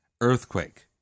earthquake